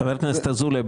חבר הכנסת אזולאי,